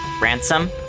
Ransom